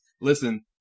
Listen